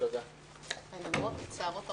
הישיבה נעולה.